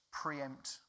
Preempt